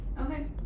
Okay